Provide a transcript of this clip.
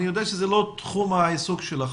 אני יודע שזה לא תחום העיסוק שלך,